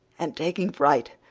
and, taking fright,